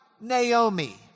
Naomi